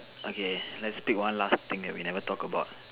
okay let's pick one last thing that we never talk about